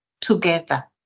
together